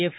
F